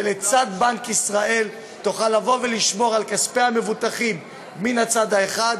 שלצד בנק ישראל תוכל לבוא ולשמור על כספי המבוטחים מן הצד האחד,